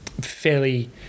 fairly